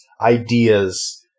ideas